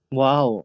wow